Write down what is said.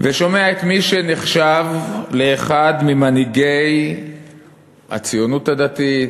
ושומע את מי שנחשב לאחד ממנהיגי הציונות הדתית,